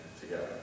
together